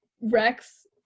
Rex